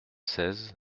seize